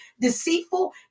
deceitful